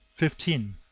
fifteen.